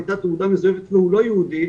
הייתה תעודה מזויפת והוא לא יהודי,